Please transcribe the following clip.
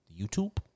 YouTube